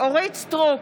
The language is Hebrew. אורית מלכה סטרוק,